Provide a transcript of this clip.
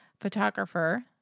photographer